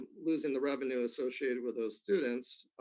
losing the revenue associated with those students.